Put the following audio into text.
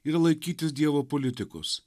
ir laikytis dievo politikos